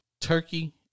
turkey